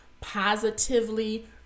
positively